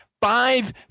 five